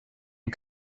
ont